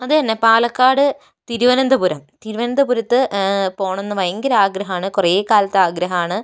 അതെന്നെ പാലക്കാട് തിരുവനന്തപുരം തിരുവനന്തപുരത്ത് പോകണമന്ന് ഭയങ്കര ആഗ്രഹമാണ് കുറെ കാലത്തെ ആഗ്രഹമാണ്